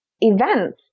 events